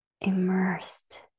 immersed